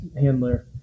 handler